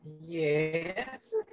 Yes